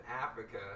Africa